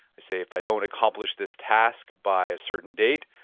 i say, if i don't accomplish this task, by a certain date,